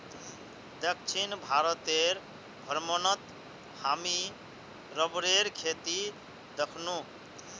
दक्षिण भारतेर भ्रमणत हामी रबरेर खेती दखनु